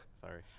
sorry